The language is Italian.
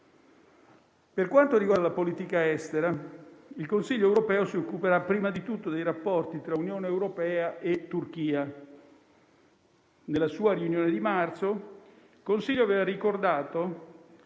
Per quanto riguarda la politica estera, il Consiglio europeo si occuperà prima di tutto dei rapporti tra Unione europea e Turchia. Nella sua riunione di marzo, il Consiglio aveva ricordato